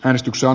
äänestyksen